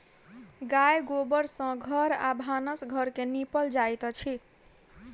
गाय गोबर सँ घर आ भानस घर के निपल जाइत अछि